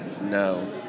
No